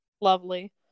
lovely